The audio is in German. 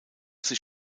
sich